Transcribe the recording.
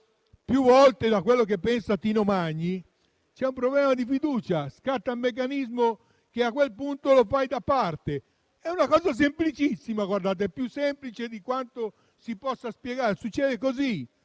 più volte da ciò che pensa Tino Magni, c'è un problema di fiducia, scatta un meccanismo per cui a quel punto lo si mette da parte. È una cosa semplicissima, più semplice di quanto si possa spiegare. Succede così.